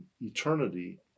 eternity